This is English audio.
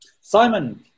Simon